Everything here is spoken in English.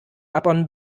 upon